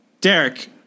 Derek